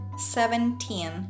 Seventeen